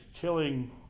killing